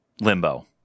limbo